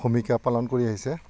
ভূমিকা পালন কৰি আহিছে